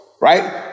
right